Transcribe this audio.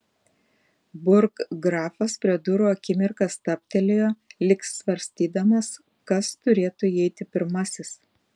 burggrafas prie durų akimirką stabtelėjo lyg svarstydamas kas turėtų įeiti pirmasis